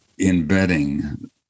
embedding